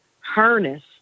harness